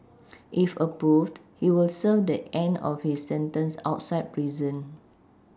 if approved he will serve the end of his sentence outside prison